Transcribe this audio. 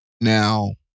now